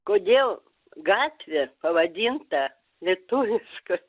kodėl gatvė pavadinta lietuviška